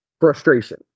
frustration